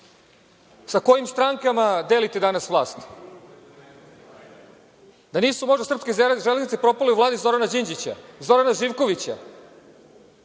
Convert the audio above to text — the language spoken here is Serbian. sa kojim strankama delite danas vlast? Da nisu možda srpske Železnice propale u Vladi Zorana Đinđića, Zorana Živkovića,